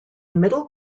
middle